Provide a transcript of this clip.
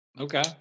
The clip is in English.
Okay